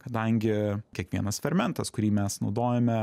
kadangi kiekvienas fermentas kurį mes naudojame